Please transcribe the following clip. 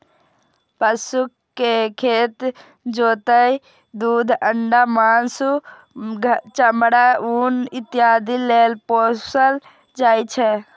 पशु कें खेत जोतय, दूध, अंडा, मासु, चमड़ा, ऊन इत्यादि लेल पोसल जाइ छै